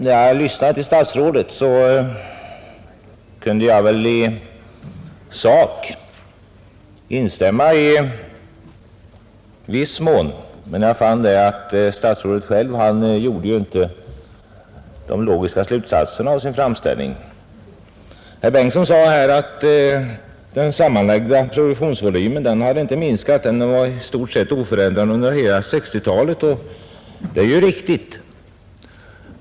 När jag lyssnade till statsrådet kunde jag i viss mån instämma i sak, men jag fann att statsrådet inte drog de logiska slutsatserna av sin framställning. Statsrådet Bengtsson sade att den sammanlagda produktionsvolymen inte minskat utan varit i stort sett oförändrad under hela 1960-talet, och det är riktigt.